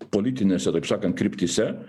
politinėse taip sakant kryptyse